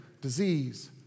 disease